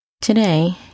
Today